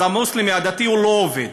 אז המוסלמי הדתי לא עובד.